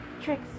tricks